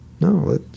No